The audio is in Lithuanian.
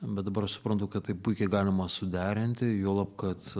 bet dabar suprantu kad tai puikiai galima suderinti juolab kad